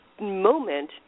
moment